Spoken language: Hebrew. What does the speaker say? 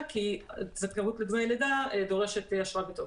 כי זכאות לדמי לידה דורשת אשרה בתוקף.